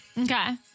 Okay